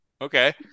Okay